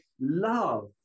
love